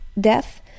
death